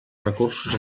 recursos